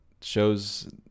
shows